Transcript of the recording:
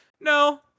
No